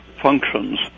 functions